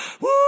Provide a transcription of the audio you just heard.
Woo